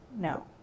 No